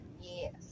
Yes